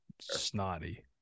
snotty